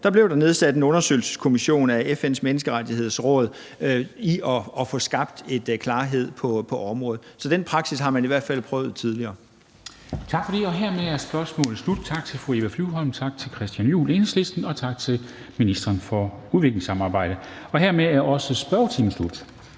blev der nedsat en undersøgelseskommission af FN's Menneskerettighedsråd for at få skabt en klarhed på området. Så den praksis har man i hvert fald prøvet tidligere. Kl. 14:06 Formanden (Henrik Dam Kristensen): Tak for det. Hermed er spørgsmålet slut. Tak til fru Eva Flyvholm. Tak til hr. Christian Juhl, Enhedslisten, og tak til ministeren for udviklingssamarbejde. Hermed er også spørgetiden slut.